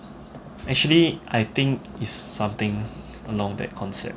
actually I think is something along that concept